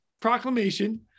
proclamation